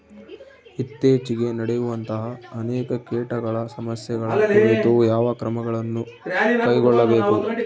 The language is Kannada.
ಇತ್ತೇಚಿಗೆ ನಡೆಯುವಂತಹ ಅನೇಕ ಕೇಟಗಳ ಸಮಸ್ಯೆಗಳ ಕುರಿತು ಯಾವ ಕ್ರಮಗಳನ್ನು ಕೈಗೊಳ್ಳಬೇಕು?